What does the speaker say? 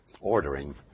ordering